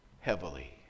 heavily